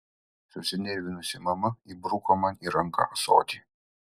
susinervinusi mama įbruko man į ranką ąsotį